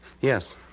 Yes